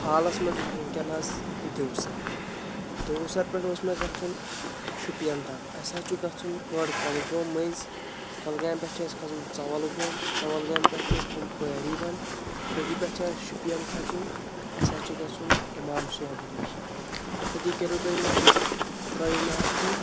حالَس منٛز چھُس بہٕ وٕنکٮ۪نَس دِوسَر دِوسَر پٮ۪ٹھ اوس مےٚ گژھُن شُپیَن تام اَسہِ حظ چھُ گژھُن تور کۄلگوم مٔنٛزۍ کۄلگامہِ پٮ۪ٹھ چھُ اَسہِ کھَسُن ژَوَل گوم ژَوَل گامہِ پٮ۪ٹھ چھِ اَسہِ کھَسُن پٔہری وَن تٔتی پٮ۪ٹھ چھِ اَسہِ شُپیَن کھَژھُ اَسہِ حظ چھُ گژھُن اِمام صٲبُن نِش تٔتی کٔرِو تُہۍ مےٚ حظ ترٛٲیِو مےٚ حظ تُہۍ